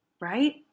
Right